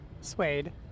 Suede